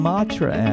Matra